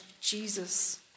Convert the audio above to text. Jesus